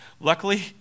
Luckily